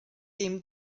ddim